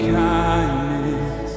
kindness